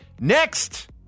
Next